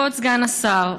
כבוד סגן השר,